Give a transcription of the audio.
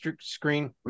screen